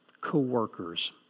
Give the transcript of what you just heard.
co-workers